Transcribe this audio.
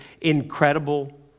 incredible